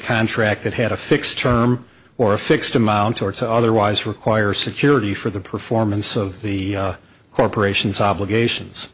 contract that had a fixed term or a fixed amount or to otherwise require security for the performance of the corporation's obligations